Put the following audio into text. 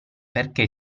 perché